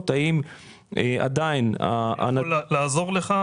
האם עדיין --- אני יכול לעזור לך?